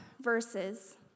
verses